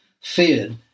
feared